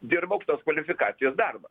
dirba aukštos kvalifikacijos darbą